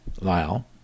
Lyle